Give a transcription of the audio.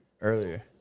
earlier